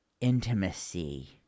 intimacy